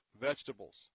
vegetables